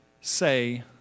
say